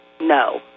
no